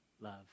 love